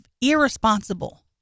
irresponsible